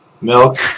Milk